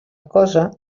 cosa